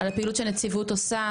על הפעילות שהנציבות עושה.